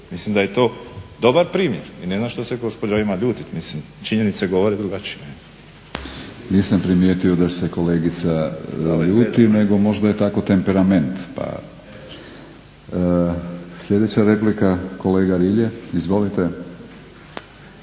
Mislim da je to dobar primjer i ne znam što se gospođa ima ljutiti. Mislim činjenice govore drugačije. **Batinić, Milorad (HNS)** Nisam primijetio da se kolegica ljuti, nego možda je tako temperament. Sljedeća replika kolega Rilje, izvolite.